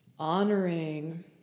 Honoring